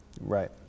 Right